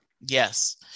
Yes